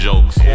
Jokes